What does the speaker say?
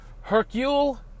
Hercule